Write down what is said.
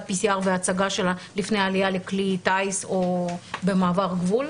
PCR והצגה לפני עלייה לכלי טיס או במעבר גבול,